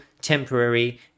temporary